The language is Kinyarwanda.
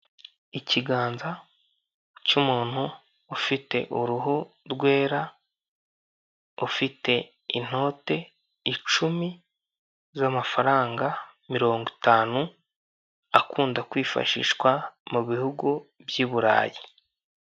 Ikiganza cy'umuntu ufite uruhu rwera ufite inote icumi z'amafaranga mirongo itanu akunda kwifashishwa mu bihugu by'iburarayi.